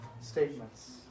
statements